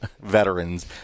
veterans